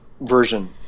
version